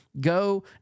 go